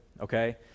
okay